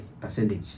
percentage